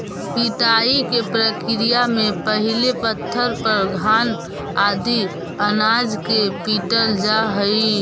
पिटाई के प्रक्रिया में पहिले पत्थर पर घान आदि अनाज के पीटल जा हइ